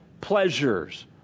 pleasures